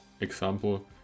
Example